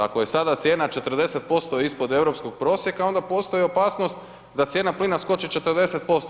Ako je sada cijena 40% ispod europskog prosjeka, onda postoji opasnost da cijena plina skoči 40%